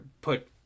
put